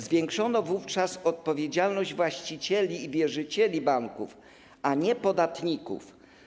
Zwiększono wówczas odpowiedzialność właścicieli i wierzycieli banków, a nie podatników.